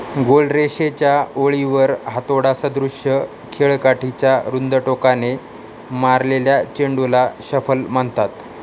गोल रेषेच्या ओळीवर हातोडासदृश्य खेळकाठीच्या रुंद टोकाने मारलेल्या चेंडूला शफल म्हणतात